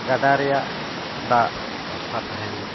ᱜᱟᱰᱟ ᱨᱮᱭᱟᱜ ᱫᱟᱜ ᱥᱟᱯᱷᱟ ᱛᱟᱦᱮᱱᱟ